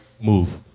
Move